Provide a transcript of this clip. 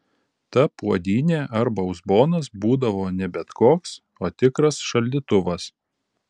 ta puodynė arba uzbonas būdavo ne bet koks o tikras šaldytuvas